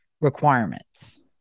requirements